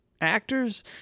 actors